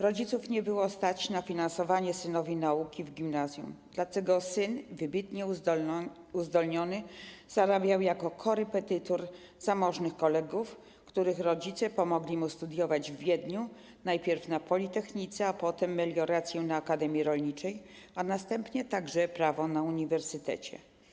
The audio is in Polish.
Rodziców nie było stać na finansowanie synowi nauki w gimnazjum, dlatego syn, wybitnie uzdolniony, zarabiał jako korepetytor zamożnych kolegów, których rodzice pomogli mu studiować w Wiedniu - najpierw na politechnice, potem meliorację na akademii rolniczej, a następnie także prawo na uniwersytecie.